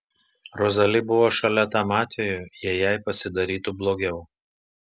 rozali buvo šalia tam atvejui jei jai pasidarytų blogiau